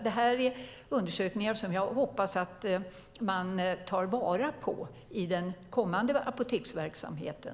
Det här är undersökningar som jag hoppas att man tar vara på i den kommande apoteksverksamheten.